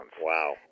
Wow